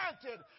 granted